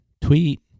tweet